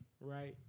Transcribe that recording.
right